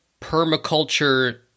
permaculture